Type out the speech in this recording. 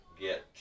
get